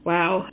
Wow